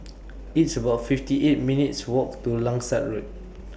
It's about fifty eight minutes' Walk to Langsat Road